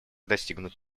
достигнут